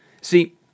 See